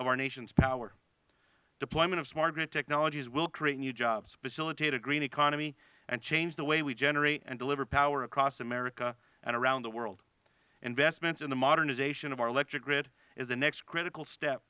of our nation's power deployment of smart grid technologies will create new jobs facilitate a green economy and change the way we generate and deliver power across america and around the world investments in the modernization of our electric grid is the next critical step